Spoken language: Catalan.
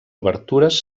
obertures